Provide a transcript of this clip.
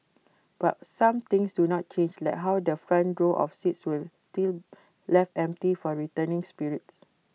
but some things do not change like how the front row of seats where still left empty for returning spirits